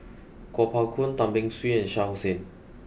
Kuo Pao Kun Tan Beng Swee and Shah Hussain